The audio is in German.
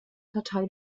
partei